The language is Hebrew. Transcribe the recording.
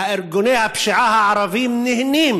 ארגוני הפשיעה הערביים נהנים